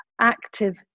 active